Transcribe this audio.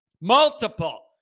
Multiple